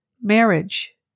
Marriage